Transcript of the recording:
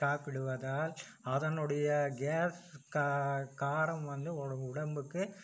சாப்பிடுவதால் அதனுடைய கேஸ் கா காரம் வந்து உடம் உடம்புக்கு